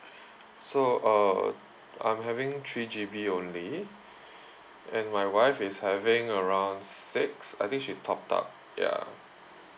so uh I'm having three G_B only and my wife is having around six I think she topped up ya